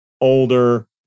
older